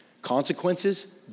Consequences